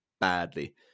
badly